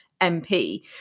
MP